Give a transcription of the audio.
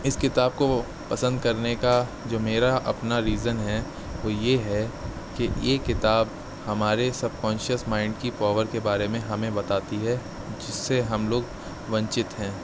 اس کتاب کو پسند کرنے کا جو میرا اپنا ریزن ہے وہ یہ ہے کہ یہ کتاب ہمارے سب کانشیس مائنڈ کی پاور کے بارے میں ہمیں بتاتی ہے جس سے ہم لوگ ونچت ہیں